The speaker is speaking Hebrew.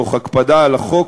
תוך הקפדה על החוק,